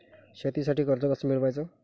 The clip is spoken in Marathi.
शेतीसाठी कर्ज कस मिळवाच?